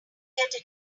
get